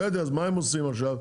בסדר, אז מה הם עושים עכשיו?